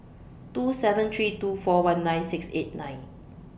two seven three two four one nine six eight nine